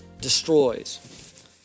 destroys